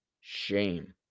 Shame